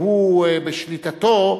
שהוא בשליטתו,